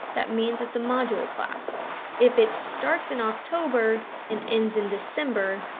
that means it's a module class if it starts in october and ends in december,